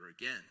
again